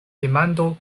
demando